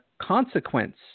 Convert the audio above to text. consequence